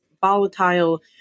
volatile